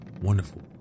wonderful